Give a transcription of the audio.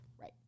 Right